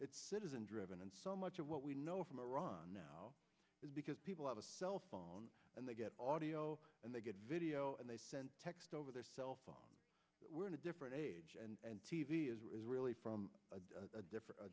it's citizen driven and so much of what we know from iran now is because people have a cell phone and they get audio and they get video and they send text over their cell phone we're in a different age and t v is really from a different